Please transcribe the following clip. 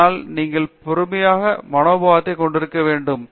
எனவே நீங்கள் பொறுமையான மனோபாவத்தை கொண்டிருக்க வேண்டும்